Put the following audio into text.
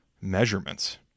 measurements